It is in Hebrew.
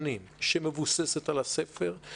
שנים, המבוססת על הספר,